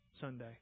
Sunday